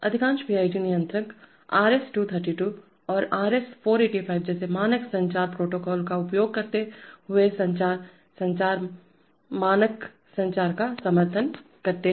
अधिकांश पीआईडी नियंत्रक है RS232 और RS485 जैसे मानक संचार प्रोटोकॉल का उपयोग करते हुए संचार संचार मानक संचार का समर्थन करेगा